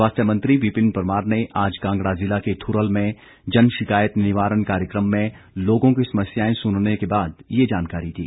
स्वास्थ्य मंत्री विपिन परमार ने आज कांगड़ा जिला के थुरल में जनशिकायत निवारण कार्यक्रम में लोगों की समस्याएं सुनने के बाद ये जानकारी दी